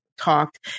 talked